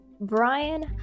Brian